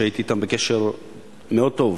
שהייתי אתם בקשר מאוד טוב.